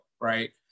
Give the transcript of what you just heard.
right